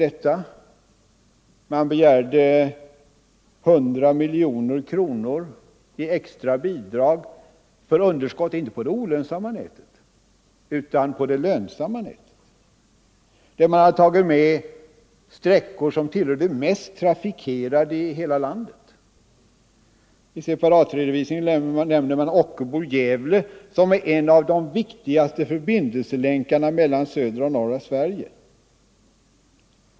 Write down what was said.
SJ har begärt 100 miljoner kronor i extra bidrag för underskott — inte på det olönsamma nätet utan på det andra nätet, där man har tagit med sträckor som tillhör de mest trafikerade i hela landet. I separatredovisningen nämner man Ockelbo-Gävle, som är en av de viktigaste förbindelselänkarna mellan södra och norra Sverige.